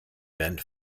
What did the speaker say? bent